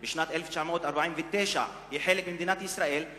היא חלק ממדינת ישראל משנת 1949,